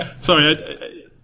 Sorry